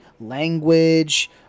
language